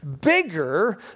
bigger